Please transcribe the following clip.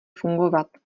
fungovat